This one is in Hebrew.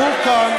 והוא כאן,